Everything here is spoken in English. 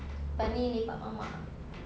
lepas ini lepak mamak